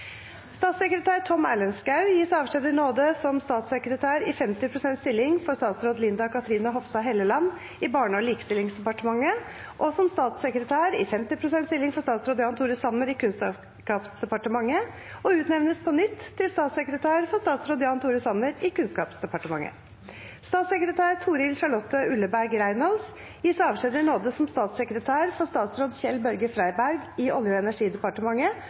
Statssekretær Tom Erlend Skaug gis avskjed i nåde som statssekretær i 50 prosent stilling for statsråd Linda Cathrine Hofstad Helleland i Barne- og likestillingsdepartementet og som statssekretær i 50 prosent stilling for statsråd Jan Tore Sanner i Kunnskapsdepartementet og utnevnes på nytt til statssekretær for statsråd Jan Tore Sanner i Kunnskapsdepartementet. Statssekretær Toril Charlotte Ulleberg Reynolds gis avskjed i nåde som statssekretær for statsråd Kjell-Børge Freiberg i Olje- og energidepartementet